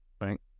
right